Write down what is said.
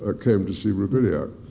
ah came to see roubilia.